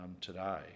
today